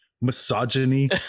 misogyny